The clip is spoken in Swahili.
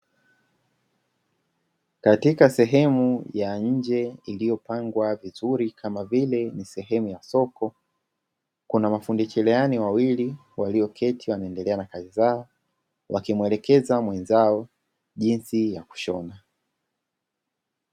Katika sehemu ya nje iliyopangwa vizuri, kama vile ni sehemu ya soko, kuna mafundi cherehani wawili walioketi wanaendelea na kazi zao, wakimwelekeza mwenzao jinsi ya kushona.